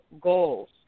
goals